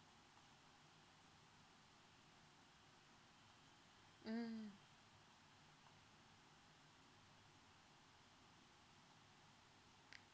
mm